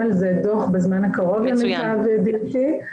על זה דו"ח בזמן הקרוב למיטב ידיעתי,